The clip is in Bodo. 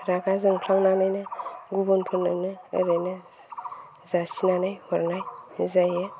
रागा जोंफ्लांनानैनो गुबुनफोरनोनो ओरैनो जासिनानै हरनाय जायो